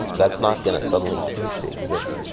that's not going to suddenly cease to exist.